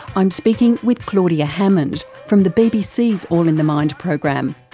i'm speaking with claudia hammond, from the bbc's all in the mind program,